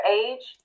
age